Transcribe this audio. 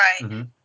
mmhmm